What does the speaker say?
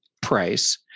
Price